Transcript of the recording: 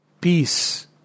peace